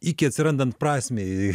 iki atsirandant prasmei